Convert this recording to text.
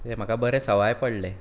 हें म्हाका बरें सवाय पडलें